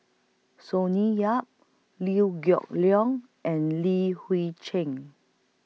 Sonny Yap Liew Geok Leong and Li Hui Cheng